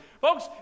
Folks